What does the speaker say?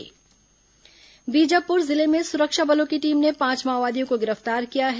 माओवादी गिरफ्तार बीजापुर जिले में सुरक्षा बलों की टीम ने पांच माओवादियों को गिरफ्तार किया है